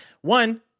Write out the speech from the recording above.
One